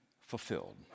fulfilled